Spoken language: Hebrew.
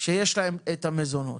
שיש להם את המזונות?